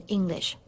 English